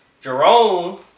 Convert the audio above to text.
Jerome